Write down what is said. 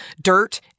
dirt